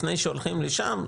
לפני שהולכים לשם,